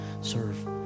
serve